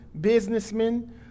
businessmen